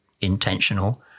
intentional